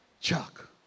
Chuck